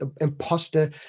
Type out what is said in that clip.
imposter